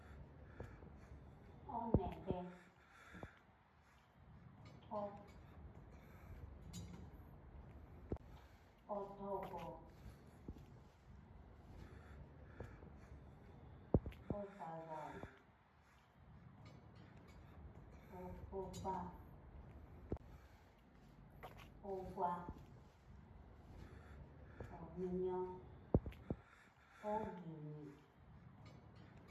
One de oto otogwo osaza wo, okpokpa, ogwa, ominyo oginyi.